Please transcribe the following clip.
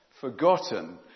forgotten